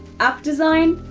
app design,